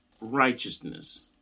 righteousness